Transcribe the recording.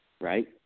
right